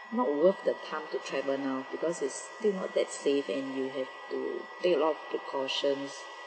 not worth the time to travel now because it's still not that safe and you have to take a lot of precautions